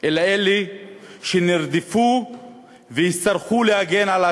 אלא אלה שנרדפו והצטרכו להגן על עצמם.